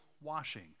washing